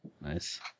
Nice